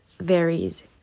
varies